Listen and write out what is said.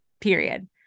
period